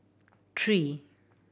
three